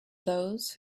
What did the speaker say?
those